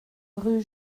rue